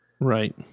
Right